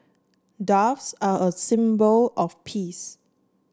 doves are a symbol of peace